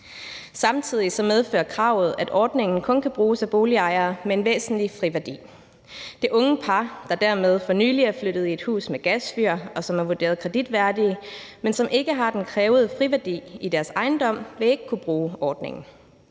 Samtidig medfører kravet, at ordningen kun kan bruges af boligejere med en væsentlig friværdi. Det unge par, der for nylig er flyttet i en bolig med gasfyr og er blevet erklæret kreditværdige, men som ikke har den krævede friværdi i deres ejendom, vil dermed ikke kunne bruge ordningen.